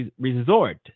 resort